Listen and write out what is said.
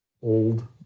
old